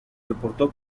reportó